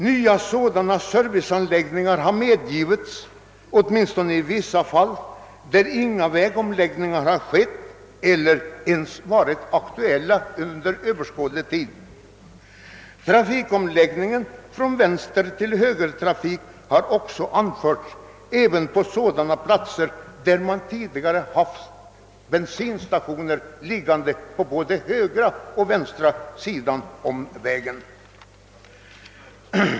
Nya sådana 'serviceanläggningar har i vissa fall medgivits där inga vägomläggningar gjorts eller ens varit aktuella under överskådlig tid. Och omläggningen från vänstertill högertrafik har anförts som skäl även på sådana platser där bensinstationer tidigare funnits på båda sidor om vägen.